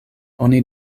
oni